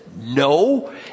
no